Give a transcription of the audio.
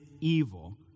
evil